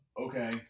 Okay